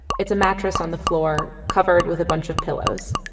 it's a mattress on the floor, covered with a bunch of pillows.